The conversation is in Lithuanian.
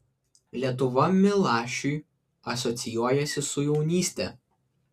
lietuva milašiui asocijuojasi su jaunyste